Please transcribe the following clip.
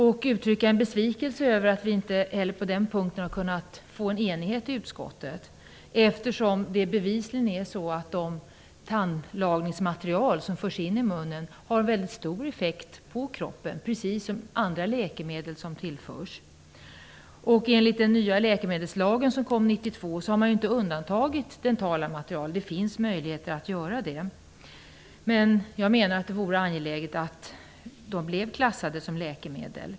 Jag vill uttrycka en besvikelse över att vi inte heller på den punkten har kunnat åstadkomma enighet i utskottet, eftersom tandlagningsmaterialen, precis som läkemedel som tillförs kroppen, bevisligen har stor effekt på kroppen. I den läkemedelslag som kom 1992 har man inte undantagit dentala material. Det finns alltså möjligheter att klassa dentala material som läkemedel, och jag menar att det vore angeläget att göra det.